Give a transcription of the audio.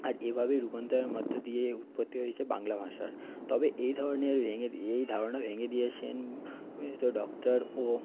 আর এভাবেই রূপান্তরের মধ্য দিয়ে উৎপত্তি হয়েছে বাংলা ভাষার তবে এই ধরণের ভেঙে এই ধারণা ভেঙে দিয়েছেন ডক্টর ও